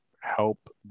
help